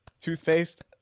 toothpaste